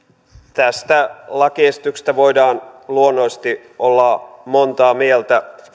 tästä lakiesityksestä voidaan luonnollisesti olla monta mieltä